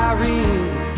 Irene